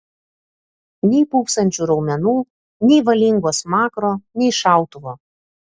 nei pūpsančių raumenų nei valingo smakro nei šautuvo